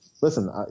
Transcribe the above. Listen